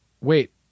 Wait